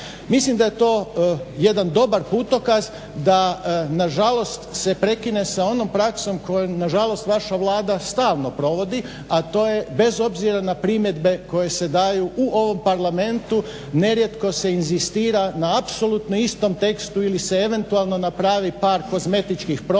Mislim da je to jedan dobar putokaz da nažalost se prekine s onom praksom koju nažalost vaša Vlada stalno provodi, a to je bez obzira na primjedbe koje se daju u ovom parlamentu nerijetko se inzistira na apsolutno istom tekstu ili se eventualno napravi par kozmetičkih promjena